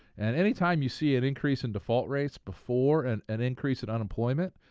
and any time you see an increase in default rates before and an increase in unemployment,